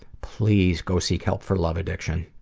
please go seek help for love addiction.